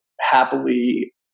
happily